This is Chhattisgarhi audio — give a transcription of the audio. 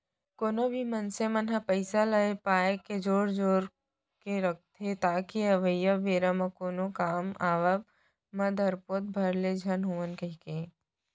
कोनो भी मनसे मन ह पइसा ल ए पाय के जोर जोर के रखथे ताकि अवइया बेरा म कोनो काम के आवब म धपोरत भर ले झन होवन कहिके